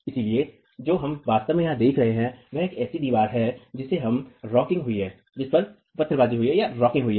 इसलिए जो हम वास्तव में यहां देख रहे हैं वह एक ऐसी दीवार है जिस पर पत्थरबाजी हुई है